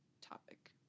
topic